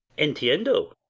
entiendo.